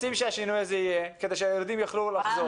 רוצים שהשינוי הזה יהיה כדי שהילדים יוכלו לחזור.